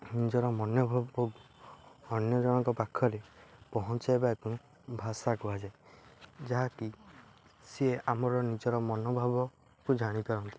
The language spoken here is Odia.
ନିଜର ମନୋଭାବକୁ ଅନ୍ୟଜଣଙ୍କ ପାଖରେ ପହଞ୍ଚାଇବାକୁ ଭାଷା କୁହାଯାଏ ଯାହାକି ସେ ଆମର ନିଜର ମନୋଭାବକୁ ଜାଣିପାରନ୍ତି